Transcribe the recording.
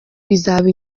bizaba